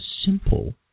simple